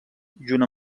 junt